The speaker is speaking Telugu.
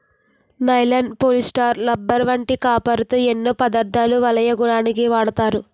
నైలాన్, పోలిస్టర్, రబ్బర్ వంటి కాపరుతో ఎన్నో పదార్ధాలు వలెయ్యడానికు వాడతారు